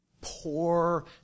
poor